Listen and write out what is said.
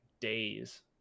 days